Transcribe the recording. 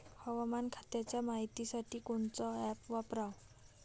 हवामान खात्याच्या मायतीसाठी कोनचं ॲप वापराव?